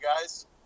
guys